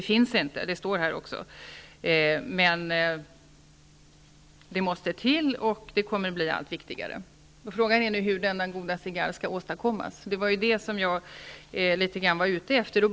Det finns inte -- det står här också -- men det måste till, och det kommer att bli allt viktigare. Frågan är nu hur denna goda cigarr skall åstadkommas. Det var det jag var ute efter.